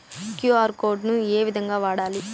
QR code ను ఏ విధంగా వాడాలి?